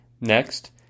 Next